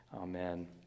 Amen